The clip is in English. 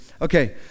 Okay